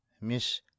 Miss